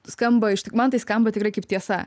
skamba man tai skamba tikrai kaip tiesa